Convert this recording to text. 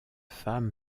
femme